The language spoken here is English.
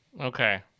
Okay